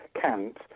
cant